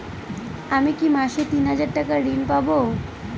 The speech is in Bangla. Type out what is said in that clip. আমি কি মাসে তিন হাজার টাকার ঋণ পাবো?